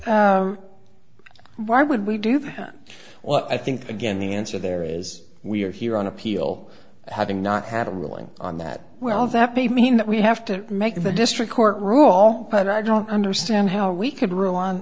why would we do that well i think again the answer there is we are here on appeal having not have a ruling on that will that be mean that we have to make the district court rule but i don't understand how we c